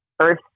earth